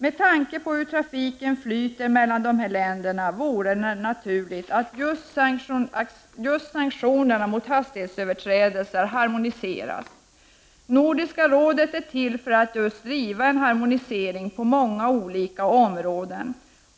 Med tanke på hur trafiken flyter mellan dessa länder vore det naturligt att just sanktionerna mot hastighetsöverträdelser harmoniserades. Nordiska rådet är till för att just driva på en harmonisering på många olika områden.